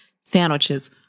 sandwiches